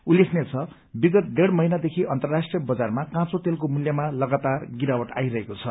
उल्लेखनीय छ विगत ढेड़ महीनादेखि अन्तर्राष्ट्रीय बजारमा काँचो तेलको मूल्यमा लगातार गिरावट आइरहेको छ